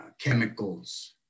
chemicals